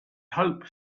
hope